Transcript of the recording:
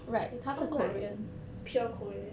oh what pure korean